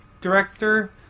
director